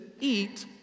eat